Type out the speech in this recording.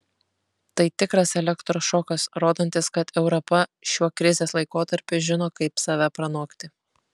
tai tikras elektros šokas rodantis kad europa šiuo krizės laikotarpiu žino kaip save pranokti